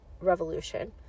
revolution